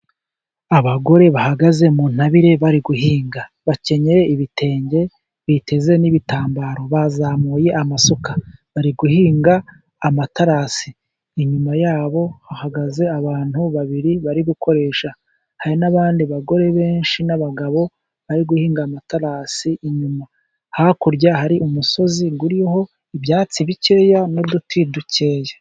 Abagore bahagaze muntabire, bari guhinga bakenyeye ibitenge biteze n'ibitambaro, bazamuye amasuka bari guhinga amatarasi, inyuma yabo hahagaze abantu babiri bari gukoresha, hari n'abandi bagore benshi n'abagabo bari guhinga amatarasi, inyuma hakurya hari umusozi uriho ibyatsi bike n'uduti duke.